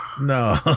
no